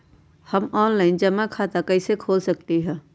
हम ऑनलाइन जमा खाता कईसे खोल सकली ह?